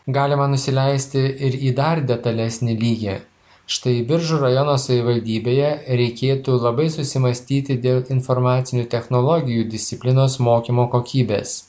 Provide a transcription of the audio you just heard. galima nusileisti ir į dar detalesnį lygį štai biržų rajono savivaldybėje reikėtų labai susimąstyti dėl informacinių technologijų disciplinos mokymo kokybės